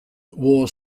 wore